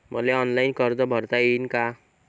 मले ऑनलाईन कर्ज भरता येईन का?